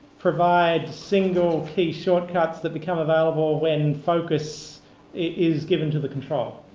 provide single key shortcuts that become available when focus is given to the control.